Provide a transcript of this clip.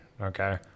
okay